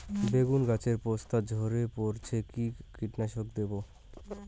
বেগুন গাছের পস্তা ঝরে পড়ছে কি কীটনাশক দেব?